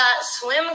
Swim